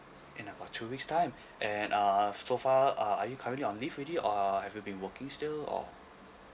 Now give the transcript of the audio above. in about two weeks time and uh so far uh are you currently on leave already or have you been working still or